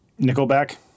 Nickelback